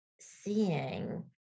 seeing